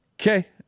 Okay